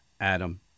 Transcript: Adam